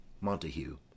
montague